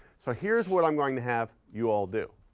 so here's what i'm going to have you all do,